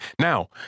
Now